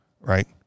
Right